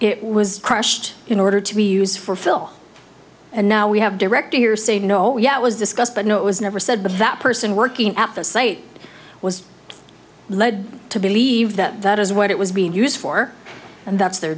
it was crushed in order to be used for phil and now we have director you're saying no yet was discussed but no it was never said that that person working at the site was led to believe that that is what it was being used for and that's their